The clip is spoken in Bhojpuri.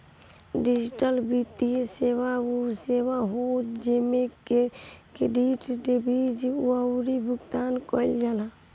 डिजिटल वित्तीय सेवा उ सेवा होला जेमे क्रेडिट, डेबिट अउरी भुगतान कईल जाला